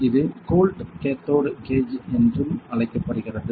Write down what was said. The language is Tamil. இது கோல்ட் கேத்தோடு கேஜ் என்றும் அழைக்கப்படுகிறது